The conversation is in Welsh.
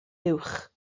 uwch